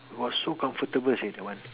!wah! so comfortable seh that one